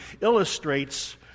illustrates